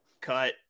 Cut